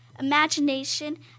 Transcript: imagination